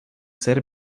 ser